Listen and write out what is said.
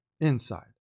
inside